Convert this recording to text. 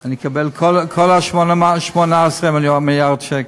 שאני אקבל כל 18 מיליארד השקל.